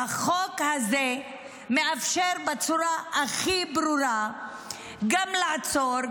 והחוק הזה מאפשר בצורה הכי ברורה גם לעצור,